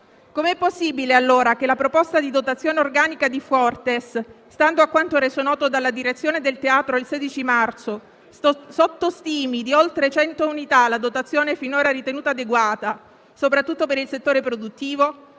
Com'è possibile allora che la proposta di dotazione organica di Fuortes, stando a quanto reso noto dalla direzione del teatro il 16 marzo, sottostimi di oltre 100 unità la dotazione finora ritenuta adeguata, soprattutto per il settore produttivo?